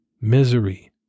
misery